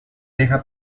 deja